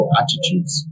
attitudes